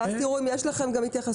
ואז תראו אם יש לכם התייחסות.